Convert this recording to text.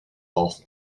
golf